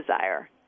desire